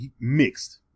mixed